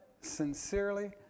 sincerely